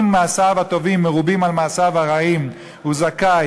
ואם מעשיו הטובים מרובים על מעשיו הרעים הוא זכאי,